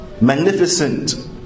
magnificent